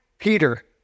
Peter